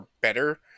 better